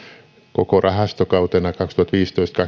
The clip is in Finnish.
koko rahastokautena kaksituhattaviisitoista